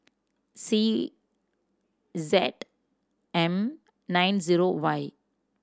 C Z M nine zero Y